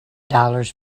dollars